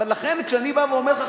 ולכן כשאני בא ואומר לך,